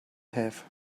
have